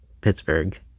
Pittsburgh